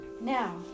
Now